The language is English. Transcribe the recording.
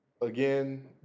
Again